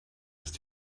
ist